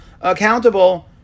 accountable